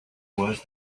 was